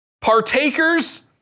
partakers